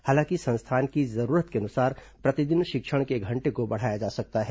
हालांकि संस्थान की जरूरत के अनुसार प्रतिदिन शिक्षण के घंटे को बढ़ाया जा सकता है